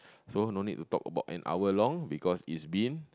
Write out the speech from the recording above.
so no need to talk about an hour long because it has been